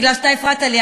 כי אתה הפרעת לי,